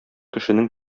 кешенең